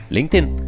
LinkedIn